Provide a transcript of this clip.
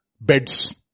Beds